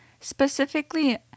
specifically